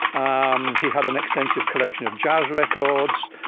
um he had an extensive collection of jazz records,